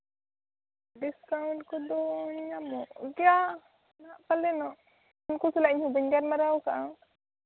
discount ᱠᱚᱫᱚ ᱧᱟᱢᱚᱜ ᱜᱮᱭᱟ ᱱᱟᱜ ᱯᱟᱞᱮᱱᱚᱜ ᱩᱱᱠᱩ ᱥᱟᱞᱟᱜ ᱤᱧᱦᱚᱸ ᱵᱟᱹᱧ ᱜᱟᱞᱢᱟᱨᱟᱣ ᱟᱠᱟᱫᱼᱟ